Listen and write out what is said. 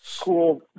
cool